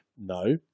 No